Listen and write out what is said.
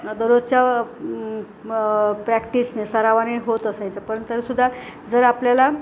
दररोजच्या प्रॅक्टिसने सरावाने होत असायचं पण तरी सुद्धा जर आपल्याला